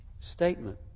statement